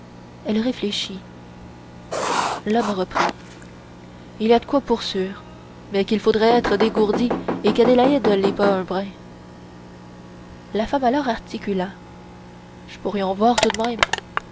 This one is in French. elle réfléchit l'homme reprit il a d'quoi pour sûr mais qu'il faudrait être dégourdi et qu'adélaïde l'est pas un brin la femme alors articula j'pourrions voir tout d'même